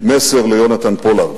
מסר ליונתן פולארד: